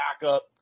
backup